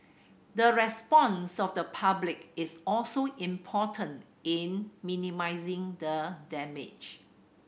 the response of the public is also important in minimising the damage